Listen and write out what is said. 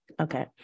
Okay